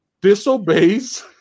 disobeys